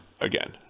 again